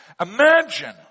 Imagine